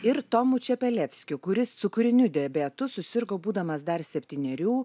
ir tomu čepelevskiu kuris cukriniu diabetu susirgo būdamas dar septynerių